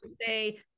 say